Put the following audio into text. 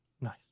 nice